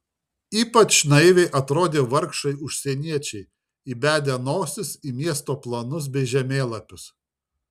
ypač naiviai atrodė vargšai užsieniečiai įbedę nosis į miesto planus bei žemėlapius